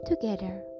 together